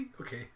okay